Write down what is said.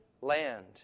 Land